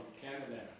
Canada